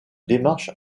démarche